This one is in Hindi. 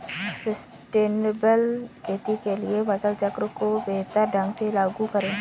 सस्टेनेबल खेती के लिए फसल चक्र को बेहतर ढंग से लागू करें